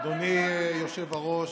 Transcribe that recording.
אדוני היושב-ראש,